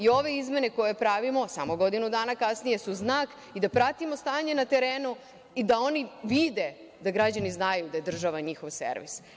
Ove izmene koje pravimo, samo godinu dana kasnije, su znak da pratimo stanje na terenu i da oni vide, da građani znaju da je država njihov servis.